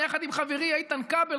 יחד עם חברי איתן כבל,